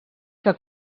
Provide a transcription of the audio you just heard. que